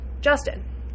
justin